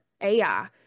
AI